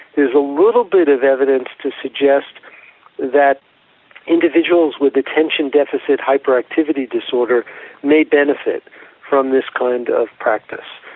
there's a little bit of evidence to suggest that individuals with attention deficit hyperactivity disorder may benefit from this kind of practice.